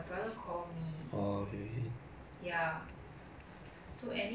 so anyway the school fees is very expensive lah